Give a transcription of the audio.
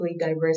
diverse